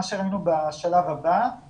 מה שראינו בשלב הבא זה